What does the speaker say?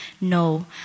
No